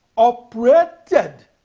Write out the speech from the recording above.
operated